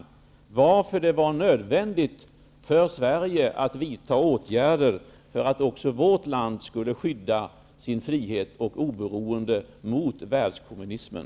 Frågan är varför det var nödvändigt för Sverige att vidta åtgärder för att också vårt land skulle skydda sin frihet och sitt oberoende gentemot världskommunismen.